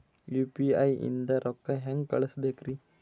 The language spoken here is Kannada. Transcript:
ಯು.ಪಿ.ಐ ನಿಂದ ರೊಕ್ಕ ಹೆಂಗ ಕಳಸಬೇಕ್ರಿ?